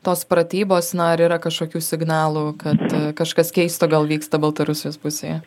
tos pratybos na ar yra kažkokių signalų kad kažkas keisto gal vyksta baltarusijos pusėje